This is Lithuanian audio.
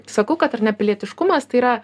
sakau kad ar ne pilietiškumas tai yra